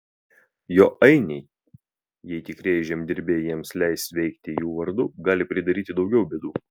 jo ainiai jei tikrieji žemdirbiai jiems leis veikti jų vardu gali pridaryti daugiau bėdų